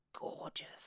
gorgeous